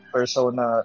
Persona